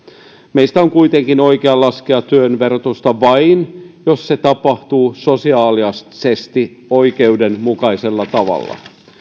meistä on kuitenkin oikein laskea työn verotusta vain jos se tapahtuu sosiaalisesti oikeudenmukaisella tavalla